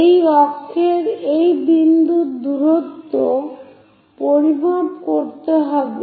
সেই অক্ষের এই বিন্দুর দূরত্ব পরিমাপ করতে হবে